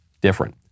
different